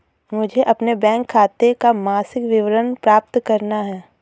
मुझे अपने बैंक खाते का मासिक विवरण प्राप्त करना है?